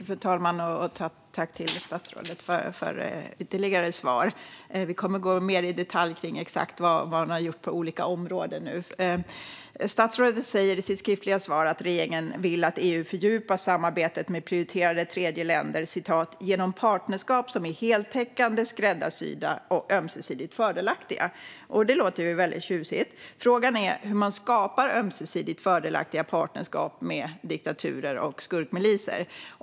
Fru talman! Tack, statsrådet, för ytterligare svar! Vi kommer nu att gå in mer i detalj på exakt vad ni har gjort på olika områden. Statsrådet sa i sitt skriftliga svar att regeringen vill att EU fördjupar samarbetet med prioriterade tredjeländer "genom partnerskap som är heltäckande, skräddarsydda och ömsesidigt fördelaktiga". Det låter ju väldigt tjusigt. Frågan är hur man skapar ömsesidigt fördelaktiga partnerskap med diktaturer och skurkmiliser.